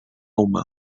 humà